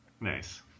Nice